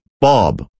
BOB